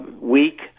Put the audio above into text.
week